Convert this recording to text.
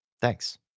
Thanks